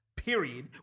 period